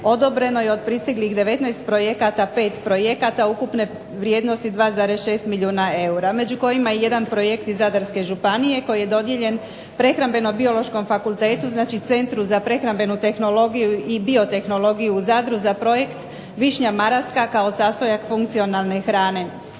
odobreno je od pristiglih 19 projekata, 5 projekata ukupne vrijednosti 2,6 milijuna eura među kojima je jedan projekt iz Zadarske županije koji je dodijeljen prehrambeno-biološkom fakultetu znači centru za prehrambenu tehnologiju i biotehnologiju u Zadru za projekt "Višnja maraska kao sastojak funkcionalne hrane".